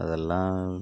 அதெல்லாம்